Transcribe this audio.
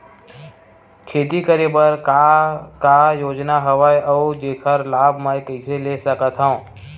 खेती करे बर का का योजना हवय अउ जेखर लाभ मैं कइसे ले सकत हव?